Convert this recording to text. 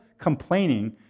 complaining